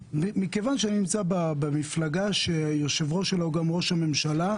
מכיוון שאני נמצא במפלגה שהיושב-ראש שלה הוא גם ראש הממשלה,